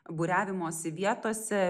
būriavimosi vietose